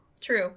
True